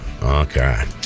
Okay